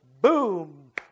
boom